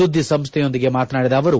ಸುದ್ದಿಸಂಸ್ಟೆಯೊಂದಿಗೆ ಮಾತನಾಡಿದ ಅವರು